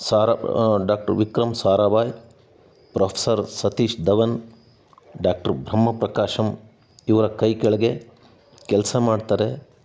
Sara doctor Vikram Sarabhai professor Satish Dhawan doctor Brahma Prakasam ಇವರ ಕೈ ಕೆಳಗೆ ಕೆಲಸ ಮಾಡ್ತಾರೆ